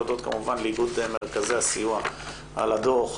להודות כמובן לאיגוד מרכזי הסיוע על הדוח,